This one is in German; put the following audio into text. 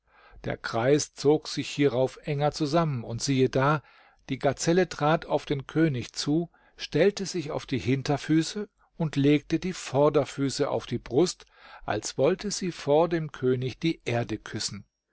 der kreis zog sich hierauf enger zusammen und siehe da die gazelle trat auf den könig zu stellte sich auf die hinterfüße und legte die vorderfüße auf die brust als wollte sie vor dem könig die erde küssen